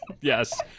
Yes